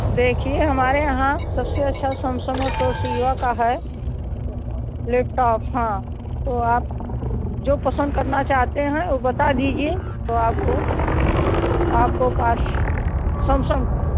देखिए हमारे यहाँ सबसे अच्छा समसम और टोसिवा का है लेपटॉप हाँ तो आप जो पसंद करना चाहते हैं वह बता दीजिए तो आपको आपके पास समसम का